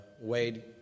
Wade